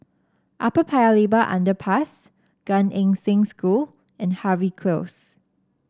Upper Paya Lebar Underpass Gan Eng Seng School and Harvey Close